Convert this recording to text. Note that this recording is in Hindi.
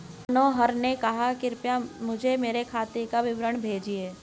मनोहर ने कहा कि कृपया मुझें मेरे खाते का विवरण भेजिए